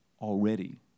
already